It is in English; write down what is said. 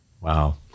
Wow